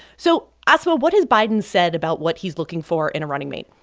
so, asma, what has biden said about what he's looking for in a running mate?